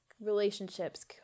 relationships